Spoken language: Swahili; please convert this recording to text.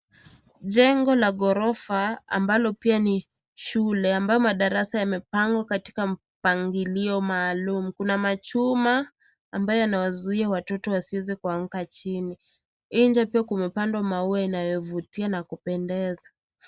Jengo la ghorofa ambalo pia ni shule, ambayo madarasa yamepangwa katika mpangilio maalum. Kuna machuma ambayo yanawazuia watoto wasiweze kuanguka chini. Nje pia kumepandwa maua inayovutia na kupendeza.